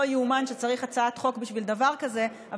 ייאמן שצריך הצעת חוק בשביל דבר כזה,